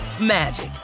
magic